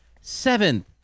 seventh